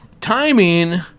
Timing